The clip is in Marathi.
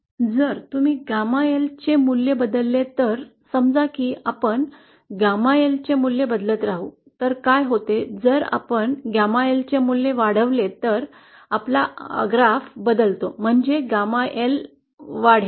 जर तुम्ही गॅमा एल चे मूल्य बदलले तर समजा की आपण गॅमा एल चे मूल्य बदलत राहू तर काय होते जर आपण गॅमा एलचे मूल्य वाढवले तर आपला आलेख बदलतो म्हणजे गॅमा एल वाढेल